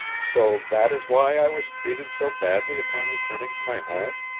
so that is why i was treated so badly upon returning to my home?